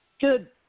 Good